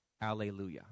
Alleluia